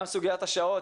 גם סוגיית השעות,